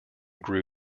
grew